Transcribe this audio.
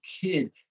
kid